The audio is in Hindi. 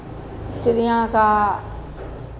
चिड़ियाँ का